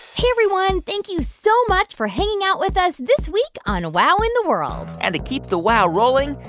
hey, everyone. thank you so much for hanging out with us this week on wow in the world and to keep the wow rolling,